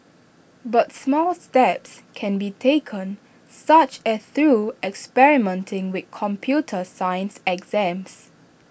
but small steps can be taken such as through experimenting with computer science exams